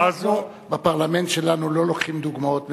אנחנו בפרלמנט שלנו לא לוקחים דוגמאות מעזה.